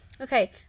Okay